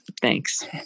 Thanks